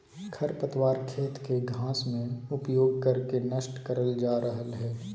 खरपतवार खेत के घास में उपयोग कर के नष्ट करल जा रहल हई